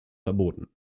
verboten